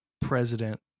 president